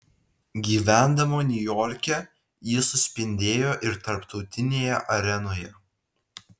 gyvendama niujorke ji suspindėjo ir tarptautinėje arenoje